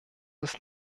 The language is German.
ist